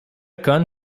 con